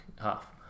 half